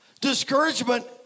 discouragement